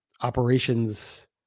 operations